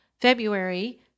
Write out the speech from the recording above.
February